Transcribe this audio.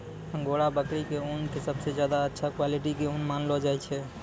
angora बकरी के ऊन कॅ सबसॅ ज्यादा अच्छा क्वालिटी के ऊन मानलो जाय छै